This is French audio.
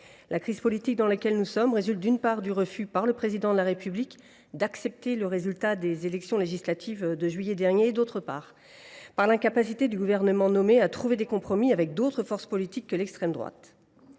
La crise politique dans laquelle nous sommes résulte, d’une part, du refus du Président de la République d’accepter le résultat des élections législatives de juillet dernier, d’autre part, de l’incapacité du Gouvernement à trouver des compromis avec d’autres forces politiques que l’extrême droite.